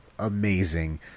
amazing